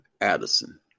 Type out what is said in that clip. Addison